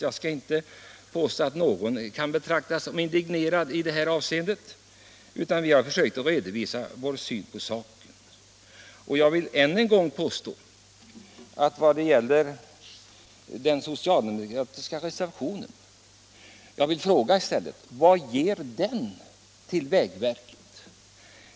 Jag skall inte påstå att någon kan betraktas som indignerad i detta avseende, utan vi har redovisat vår syn på saken. När det gäller den socialdemokratiska reservationen vill jag fråga: Vad ger den till vägverket?